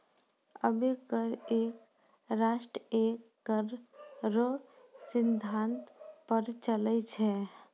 अबै कर एक राष्ट्र एक कर रो सिद्धांत पर चलै छै